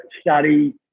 study